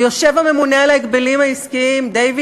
ויושב הממונה על ההגבלים העסקיים דיויד